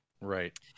Right